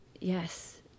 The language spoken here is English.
yes